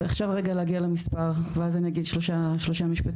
ועכשיו רגע להגיע למספר ואז אני אגיד שלושה משפטים.